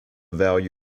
value